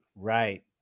Right